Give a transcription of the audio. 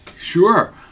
Sure